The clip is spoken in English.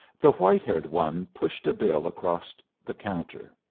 the white-haired one pushed a bill across the counter.